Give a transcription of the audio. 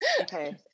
Okay